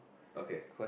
okay